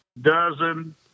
dozen